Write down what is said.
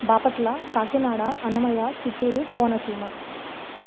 Bapatla Kakinada Annamayya Chittoor Konaseema